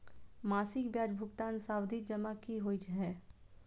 मासिक ब्याज भुगतान सावधि जमा की होइ है?